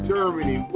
Germany